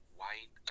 white